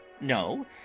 No